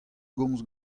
gomz